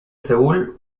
seúl